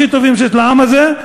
הכי טובים שיש לעם הזה,